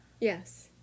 Yes